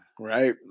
Right